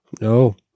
No